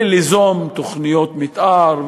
וליזום תוכניות מתאר,